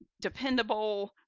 dependable